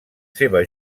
seva